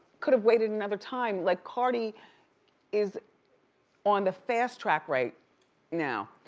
could've waited another time. like cardi is on the fast track right now.